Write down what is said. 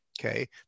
okay